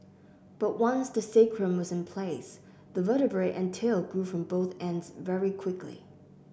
but once the sacrum was in place the vertebrae and tail grew from both ends very quickly